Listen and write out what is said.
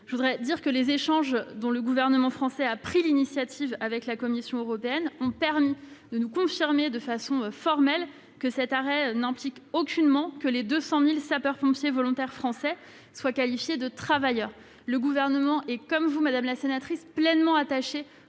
nombre d'élus. Les échanges dont le Gouvernement français a pris l'initiative avec la Commission européenne nous ont permis de le confirmer formellement, cet arrêt n'implique aucunement que les 200 000 sapeurs-pompiers volontaires français soient qualifiés de travailleurs. Le Gouvernement est, comme vous, pleinement attaché